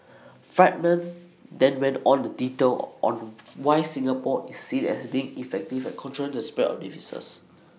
Friedman then went on the detail on why Singapore is seen as being effective at controlling the spread of diseases